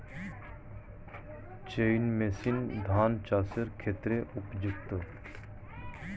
Chain machine ধান চাষের ক্ষেত্রে উপযুক্ত?